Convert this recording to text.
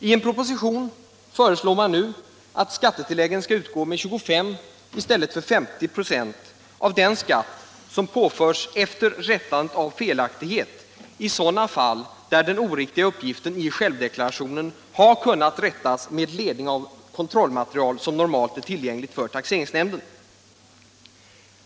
I sin proposition nr 92 föreslår regeringen att skattetillägg skall utgå med 25 96 i stället för med 50 96 av den skatt som påförs efter rättandet av felaktigheten i sådana fall där den oriktiga uppgiften i självdeklarationen har kunnat rättas med ledning av kontrollmaterial som normalt är tillgängligt för taxeringsnämnden.